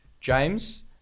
James